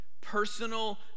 personal